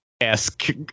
esque